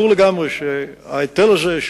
ברור לגמרי שההיטל הזה,